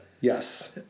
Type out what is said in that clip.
Yes